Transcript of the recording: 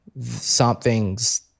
Something's